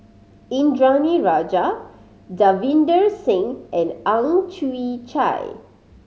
Indranee Rajah Davinder Singh and Ang Chwee Chai